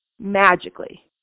magically